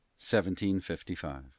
1755